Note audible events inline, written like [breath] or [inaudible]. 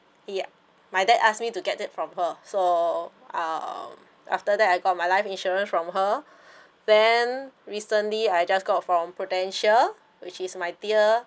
ya my dad asked me to get it from her so um after that I got my life insurance from her [breath] then recently I just got from Prudential which is my dear